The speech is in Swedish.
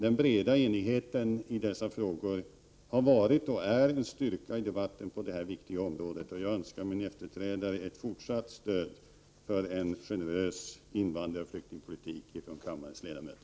Den breda enigheten i dessa frågor har varit och är en styrka i debatten på detta viktiga område, och jag önskar min efterträdare ett fortsatt stöd från kammarens ledamöter för en generös invandraroch flyktingpolitik.